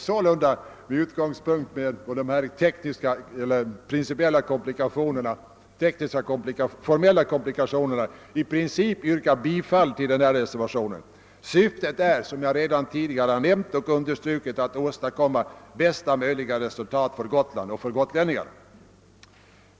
På grund av de formella komplikationerna måste jag sålunda i princip yrka bifall till reservationen. Syftet är, såsom jag redan tidigare understrukit, att åstadkomma bästa möjliga resultat för Gotland och gotlänningarna. Herr talman!